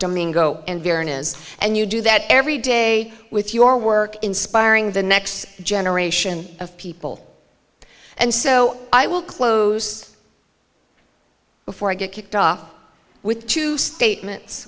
domingo and you do that every day with your work inspiring the next generation of people and so i will close before i get kicked off with two statements